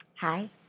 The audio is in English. Hi